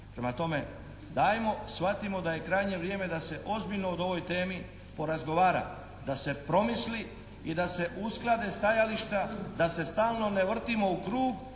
Prema tome, dajmo shvatimo da je krajnje vrijeme da se ozbiljno o ovoj temi porazgovara, da se promisli i da se usklade stajališta da se stalno ne vrtimo u krug